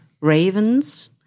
ravens